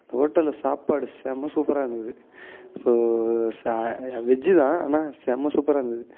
அந்த ஹோட்டலில் சாப்பாடு செம சூப்பராக இருந்துது ஸோ ச வெஜ்ஜி தான் ஆனால் செம சூப்பராக இருந்துது